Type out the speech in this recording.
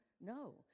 No